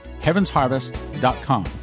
HeavensHarvest.com